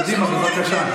קדימה, בבקשה.